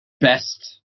best